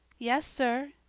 yes, sir,